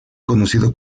conocido